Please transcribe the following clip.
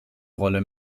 rolle